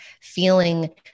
feeling